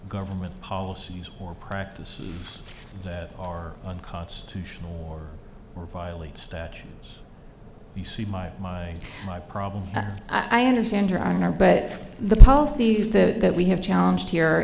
government policies or practices that are unconstitutional or violate statues you see my my my problem i understand your honor but the policies that we have challenge here